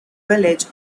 village